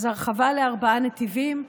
הרחבה לארבעה נתיבים,